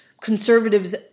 conservatives